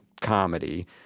comedy